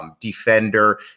defender